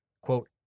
quote